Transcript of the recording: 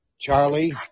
Charlie